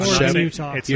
Utah